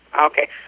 Okay